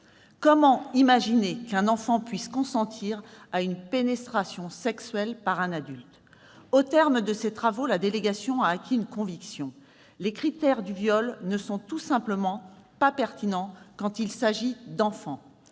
Comment imaginer qu'un enfant puisse consentir à une pénétration sexuelle par un adulte ? Au terme de ses travaux, la délégation a acquis une conviction : les critères du viol ne sont tout simplement pas pertinents quand il s'agit d'enfants.